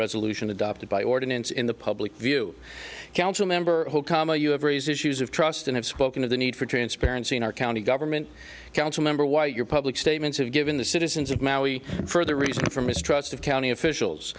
resolution adopted by ordinance in the public view council member comma you have raise issues of trust and have spoken of the need for transparency in our county government council member y your public statements have given the citizens of further reason for mistrust of county officials